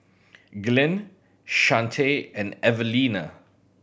Glynn Chante and Evalena